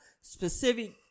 specific